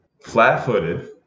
flat-footed